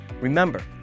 Remember